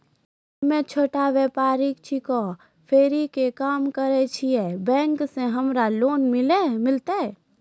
हम्मे छोटा व्यपारी छिकौं, फेरी के काम करे छियै, बैंक से हमरा लोन मिलतै?